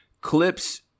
Clips